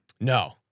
no